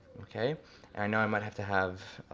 okay and i know i might have to have,